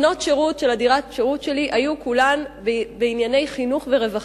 בנות השירות של דירת השירות שלי היו כולן בענייני חינוך ורווחה.